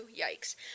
Yikes